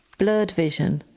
blurred vision,